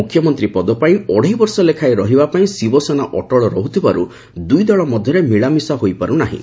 ମୁଖ୍ୟମନ୍ତ୍ରୀ ପଦ ପାଇଁ ଅଢ଼େଇବର୍ଷ ଲେଖାଏଁ ରହିବା ପାଇଁ ଶିବସେନା ଅଟଳ ରହୁଥିବାରୁ ଦୁଇ ଦଳ ମଧ୍ୟରେ ମିଳାମିଶା ହୋଇପାରୁ ନାହିଁ